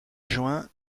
juin